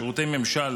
שירותי ממשל,